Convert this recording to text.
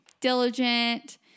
Diligent